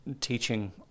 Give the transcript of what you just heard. teaching